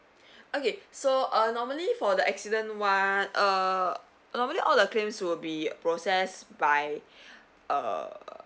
okay so uh normally for the accident [one] uh normally all the claims will be processed by uh